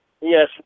Yes